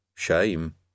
Shame